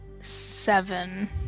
Seven